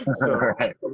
right